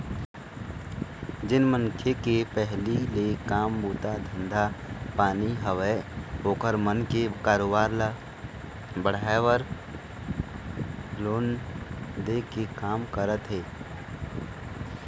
जेन मनखे के पहिली ले काम बूता धंधा पानी हवय ओखर मन के कारोबार ल बढ़ाय बर लोन दे के काम करत हे